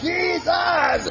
Jesus